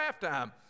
halftime